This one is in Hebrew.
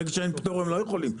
ברגע שאין פטור הם לא יכולים.